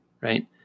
Right